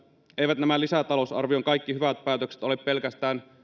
eivät nämä lisätalousarvion kaikki hyvät päätökset ole pelkästään